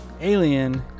alien